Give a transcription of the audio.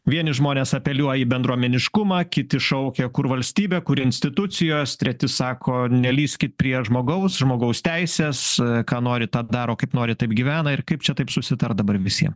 vieni žmonės apeliuoja į bendruomeniškumą kiti šaukia kur valstybė kur institucijos treti sako nelįskit prie žmogaus žmogaus teisės ką nori tą daro kaip nori taip gyvena ir kaip čia taip susitart dabar visiem